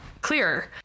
clearer